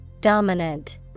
Dominant